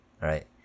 Right